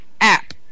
App